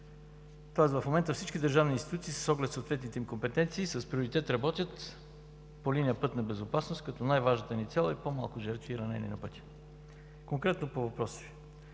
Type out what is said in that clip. Тоест в момента всички държавни институции с оглед съответните им компетенции, с приоритет работят по линия пътна безопасност, като най-важната ни цел е по-малко жертви и ранени на пътя. Конкретно по въпроса